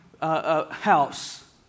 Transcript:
house